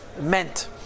meant